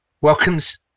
welcomes